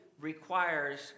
requires